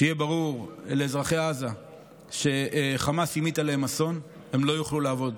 שיהיה ברור לאזרחי עזה שחמאס המיט עליהם אסון הם לא יוכלו לעבוד